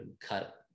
cut